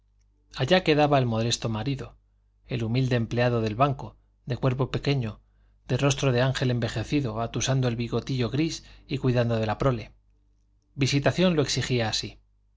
allá quedaba el modesto marido el humilde empleado del banco de cuerpo pequeño de rostro de ángel envejecido atusando el bigotillo gris y cuidando de la prole visitación lo exigía así